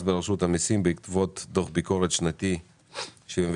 ברשות המסים בעקבות דוח ביקורת שנתי 72א,